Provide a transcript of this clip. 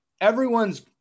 Everyone's